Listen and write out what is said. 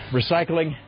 recycling